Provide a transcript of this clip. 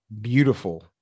beautiful